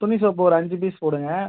துணி சோப்பு ஒரு அஞ்சு பீஸ் போடுங்க